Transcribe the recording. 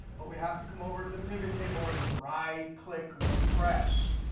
but we have to come over to the pivot table and right-click refresh.